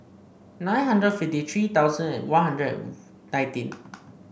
nine hundred fifty tree thousand One Hundred nineteen